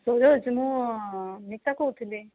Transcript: ସୁରଜ ମୁଁ ମିତା କହୁଥିଲି